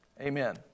Amen